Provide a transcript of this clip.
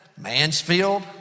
Mansfield